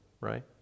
right